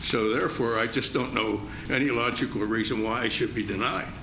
so therefore i just don't know any logical reason why i should be denied